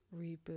reboot